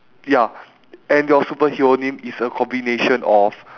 ya and your superhero name is a combination of